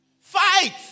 Fight